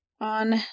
On